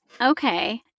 okay